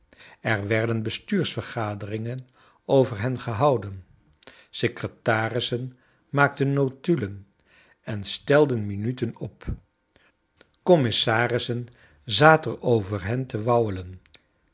er werden bestuursvergaderingen over hen gehouden secretarissen maakten notulen en stelden minuten op commissarissen zaten over kleine dormt hen te